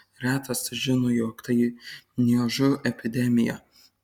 retas težino jog tai niežų epidemija